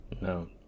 No